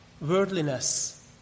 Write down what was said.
worldliness